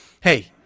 hey